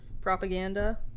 propaganda